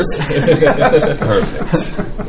Perfect